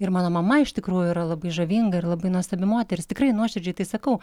ir mano mama iš tikrųjų yra labai žavinga ir labai nuostabi moteris tikrai nuoširdžiai tai sakau